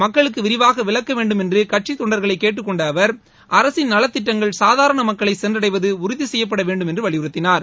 மக்களுக்கு விரிவாக விளக்க வேண்டும் என்று கட்சித் தொண்டர்களைக் கேட்டுக் கொண்ட அவர் அரசின் நலத்திட்டங்கள் சாதாரண மக்களை சென்றடைவது உறுதி செய்யப்பட வேண்டும் என்று வலியுறுத்தினார்